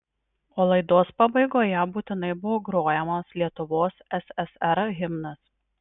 o laidos pabaigoje būtinai buvo grojamas lietuvos ssr himnas